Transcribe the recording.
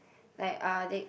like uh they